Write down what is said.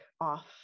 off